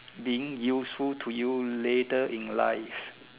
being useful to you later in life